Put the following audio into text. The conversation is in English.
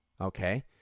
Okay